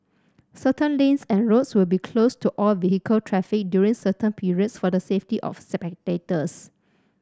certain lanes and roads will be closed to all vehicle traffic during certain periods for the safety of spectators